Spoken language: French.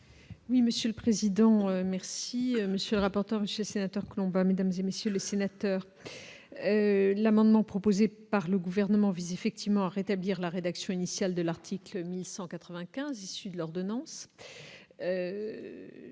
Oui, monsieur le président merci, monsieur rapportant Monsieur sénateurs, que l'on va, mesdames et messieurs les sénateurs, l'amendement proposé par le gouvernement vise effectivement à rétablir la rédaction initiale de l'article 1195 issu de l'ordonnance